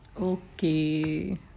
Okay